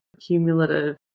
cumulative